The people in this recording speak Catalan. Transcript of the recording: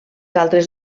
altres